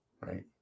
right